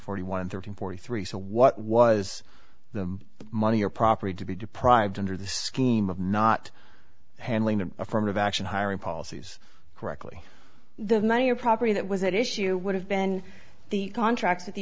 forty one thirteen forty three so what was the money or property to be deprived under the scheme of not handling an affirmative action hiring policies correctly the money or property that was at issue would have been the contracts that the